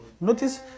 Notice